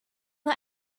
nur